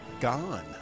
gone